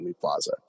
Plaza